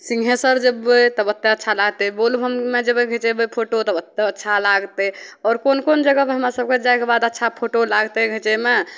सिँहेश्वर जएबै तब ओतए अच्छा लागतै बोलबममे जएबै घिचेबै फोटो तऽ ओतहु अच्छा लागतै आओर कोन कोन जगहपर हमरा सभकेँ जाइके बाद अच्छा फोटो लागतै घिचैमे